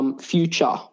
Future